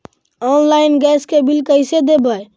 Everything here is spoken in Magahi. आनलाइन गैस के बिल कैसे देबै?